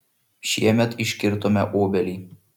šiemet iškirtome obelį